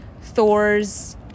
Thor's